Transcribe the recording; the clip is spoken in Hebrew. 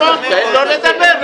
שמעון, תן לו לדבר.